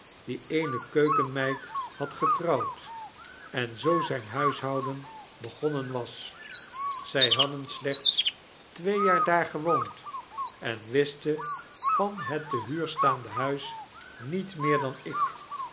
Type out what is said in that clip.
die eene keukenmeid had getrouwd en zoo zyn huishouden begonnen was zy hadden slechts twee jaar daar gewoond en wisten van het te huur staande huis niet meer dan ik